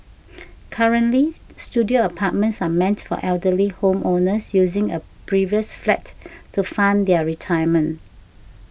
currently studio apartments are meant for elderly home owners using a previous flat to fund their retirement